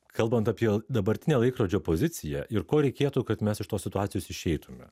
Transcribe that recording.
kalbant apie dabartinę laikrodžio poziciją ir ko reikėtų kad mes iš tos situacijos išeitumėm